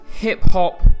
Hip-hop